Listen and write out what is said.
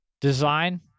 design